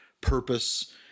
purpose